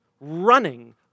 running